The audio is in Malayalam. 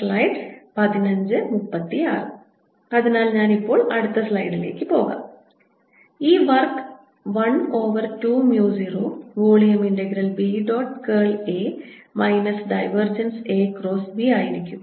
AB അതിനാൽ ഞാൻ ഇപ്പോൾ അടുത്ത സ്ലൈഡിലേക്ക് പോകട്ടെ ഈ work 1 over 2 mu 0 volume integral B dot curl A minus divergence A cross B ആയിരിക്കും